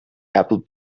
apple